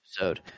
episode